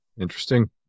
Interesting